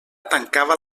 tancava